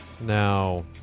Now